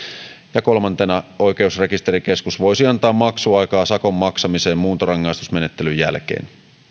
ja kolmantena oikeusrekisterikeskus voisi antaa maksuaikaa sakon maksamiseen muuntorangaistusmenettelyn jälkeen